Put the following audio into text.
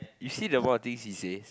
you see the amount of things he says